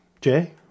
Jay